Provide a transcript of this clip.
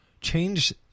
change